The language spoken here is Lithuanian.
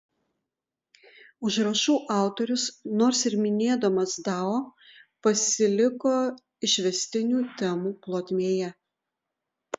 užrašų autorius nors ir minėdamas dao pasiliko išvestinių temų plotmėje